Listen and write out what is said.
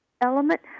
element